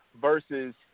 versus